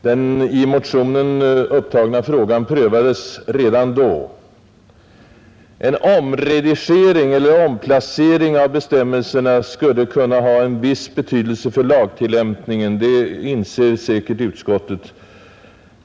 Den i motionen upptagna frågan prövades redan under riksdagsbehandlingen av detta komplex. En omredigering eller omplacering av bestämmelserna skulle kunna ha en viss betydelse för lagtillämpningen, det inser säkert även utskottet.